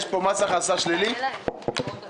לשמוע פירוט.